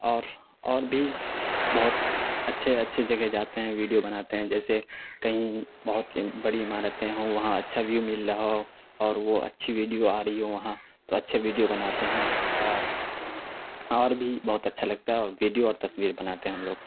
اور اور بھی بہت اچھے اچھے جگہ جاتے ہیں ویڈیو بناتے ہیں جیسے کہیں بہت بڑی عمارتیں ہوں وہاں اچھا ویو مل رہا ہو اور وہ اچھی ویڈیو آ رہی ہو وہاں تو اچھے ویڈیو بناتے ہیں اور اور بھی بہت اچھا لگتا ہے اور ویڈیو اور تصویر بناتے ہیں ہم لوگ